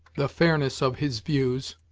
the fairness of his views,